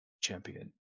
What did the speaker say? champion